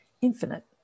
Infinite